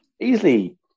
easily